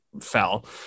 fell